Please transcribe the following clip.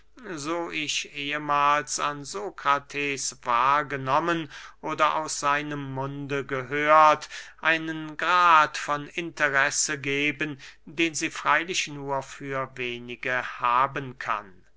so ich ehemahls an sokrates wahrgenommen oder aus seinem munde gehört einen grad von interesse geben den sie freylich nur für wenige haben kann